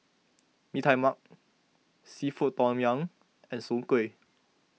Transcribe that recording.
Mee Tai Mak Seafood Tom Yum and Soon Kway